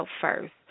first